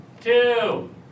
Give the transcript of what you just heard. two